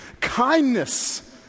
kindness